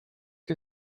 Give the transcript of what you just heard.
que